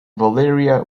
valeria